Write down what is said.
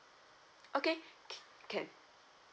okay can